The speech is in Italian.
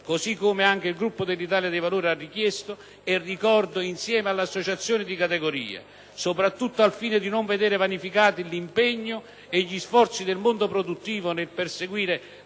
così come anche il Gruppo Italia dei Valori ha richiesto, insieme alle associazioni di categoria, soprattutto al fine di non vedere vanificati l'impegno e gli sforzi del mondo produttivo nel perseguire